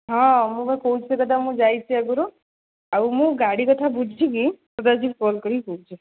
ହଁ ମୁଁ ବା କହୁଛି ସେକଥା ମୁଁ ଯାଇଛି ଆଗରୁ ଆଉ ମୁଁ ଗାଡ଼ି କଥା ବୁଝିକି ତୋତେ ଆଜି ଫୋନ୍ କରିକି କହୁଛି